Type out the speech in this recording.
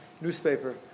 newspaper